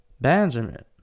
Benjamin